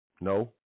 No